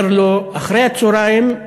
אומר לו: אחרי הצהריים,